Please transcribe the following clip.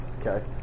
Okay